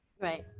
Right